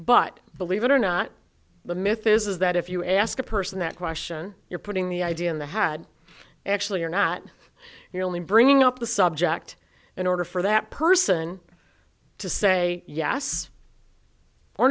but believe it or not the myth is that if you ask a person that question you're putting the idea in the had actually you're not you're only bringing up the subject in order for that person to say yes or